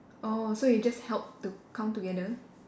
orh so you just helped to count together